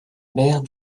mère